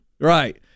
Right